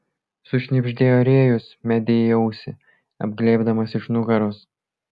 sušnibždėjo rėjus medei į ausį apglėbdamas iš nugaros